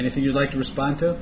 and if you like to respond to